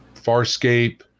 farscape